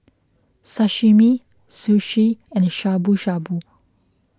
Sashimi Sushi and Shabu Shabu